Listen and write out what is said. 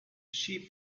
sheep